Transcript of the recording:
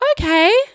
okay